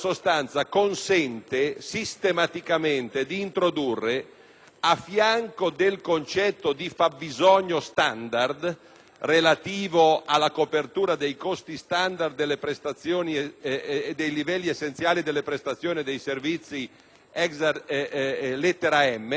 a fianco al concetto di fabbisogno standard relativo alla copertura dei costi standard dei livelli essenziali delle prestazioni e dei servizi *ex* lettera *m)* del